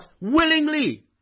Willingly